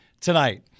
tonight